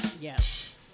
Yes